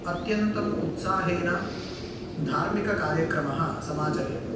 अत्यन्तम् उत्साहेन धार्मिककार्यक्रमः समाचर्यते